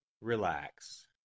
Relax